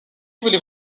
voulez